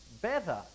better